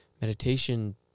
Meditation